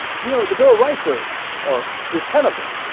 you know, the bill of rights are are there's ten of them.